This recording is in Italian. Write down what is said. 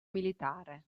militare